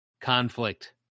conflict